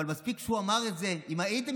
אבל מספיק שהוא אמר את זה: אם הייתם